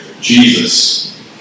Jesus